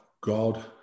God